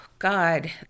god